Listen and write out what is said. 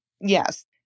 yes